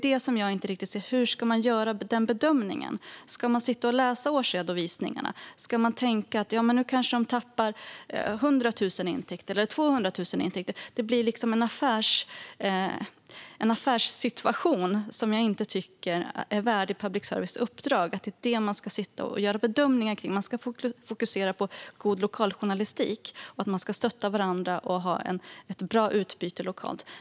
Jag kan inte riktigt se hur man ska göra den bedömningen. Ska man sitta och läsa årsredovisningarna? Ska man tänka på hur mycket de tappar i intäkter - 100 000 eller 200 000, eller vad? Det blir liksom en affärssituation som jag inte tycker är värdig public services uppdrag. Det är inte det här man ska sitta och göra bedömningar av, utan man ska fokusera på god lokaljournalistik, på att stötta varandra och på att ha ett bra utbyte lokalt.